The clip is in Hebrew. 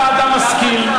אתה אדם משכיל,